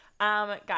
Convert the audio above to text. guys